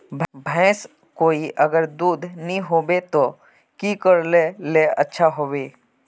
भैंस कोई अगर दूध नि होबे तो की करले ले अच्छा होवे?